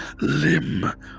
limb